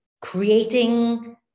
creating